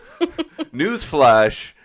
Newsflash